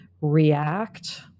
react